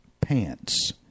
pants